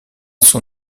son